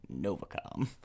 Novacom